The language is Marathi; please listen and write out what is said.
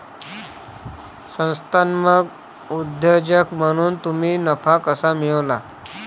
संस्थात्मक उद्योजक म्हणून तुम्ही नफा कसा मिळवाल?